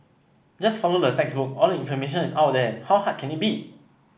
just follow the textbook all the information is out there how hard can it be